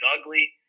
ugly